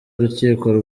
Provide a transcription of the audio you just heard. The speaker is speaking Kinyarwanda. urukiko